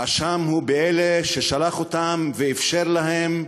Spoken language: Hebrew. האשם הוא במי ששלח אותם ואפשר להם,